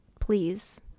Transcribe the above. please